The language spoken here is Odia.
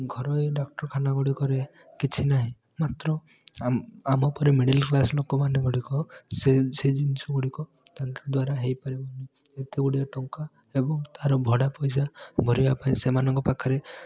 ଘରୋଇ ଡାକ୍ତରଖାନା ଗୁଡ଼ିକରେ କିଛିନାହିଁ ମାତ୍ର ଆମ ଆମପରି ମିଡ଼ିଲ୍ କ୍ଲାସ୍ ଲୋକମାନେ ଗୁଡ଼ିକ ସେ ସେ ଜିନିଷ ଗୁଡ଼ିକ ତାଙ୍କ ଦ୍ୱାରା ହେଇପାରିବ ନାହିଁ ଏତେ ଗୁଡ଼ିଏ ଟଙ୍କା ଏବଂ ତାର ଭଡ଼ା ପଇସା ଭରିବା ପାଇଁ ସେମାନଙ୍କ ପାଖରେ